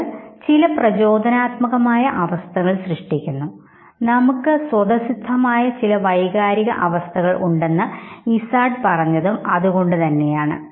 ഇത് ചില പ്രചോദനാത്മകമായ അവസ്ഥകൾ സൃഷ്ടിക്കുന്നു നമുക്ക് സ്വതസിദ്ധമായ ആയ ചില വൈകാരിക അവസ്ഥകൾ ഉണ്ടെന്ന് ഇസാർഡ് പറഞ്ഞതും അതുകൊണ്ട് തന്നെയാണ്